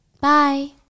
bye